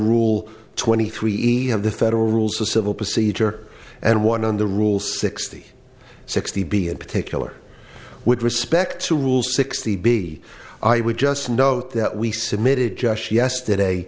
rule twenty three have the federal rules of civil procedure and one on the rule sixty sixty b in particular with respect to rules sixty b i would just note that we submitted just yesterday